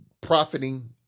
profiting